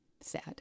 Sad